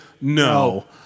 No